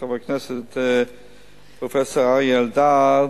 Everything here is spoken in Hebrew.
חבר הכנסת פרופסור אריה אלדד,